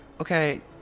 okay